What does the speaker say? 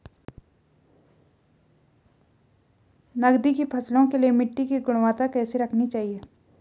नकदी फसलों के लिए मिट्टी की गुणवत्ता कैसी रखनी चाहिए?